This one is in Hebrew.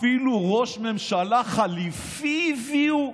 אפילו ראש ממשלה חליפי הביאו.